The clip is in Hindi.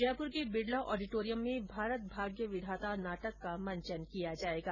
जयपुर के बिडला ऑडिटोरियम में भारत भाग्य विधाता नाटक का मंचन किया जाएगा